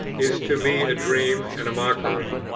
is to me a dream and a mockery.